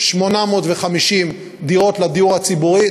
850 דירות לדיור הציבורי,